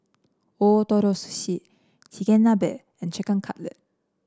Ootoro Sushi Chigenabe and Chicken Cutlet